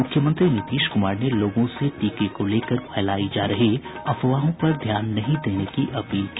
मुख्यमंत्री नीतीश कुमार ने लोगों से टीके को लेकर फैलायी जा रही अफवाहों पर ध्यान नहीं देने की अपील की